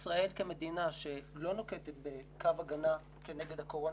ישראל היא מדינה שלא נוקטת בקו הגנה נגד הקורונה,